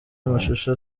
amashusho